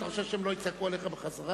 אתה חושב שהם לא יצעקו עליך בחזרה?